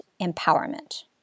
empowerment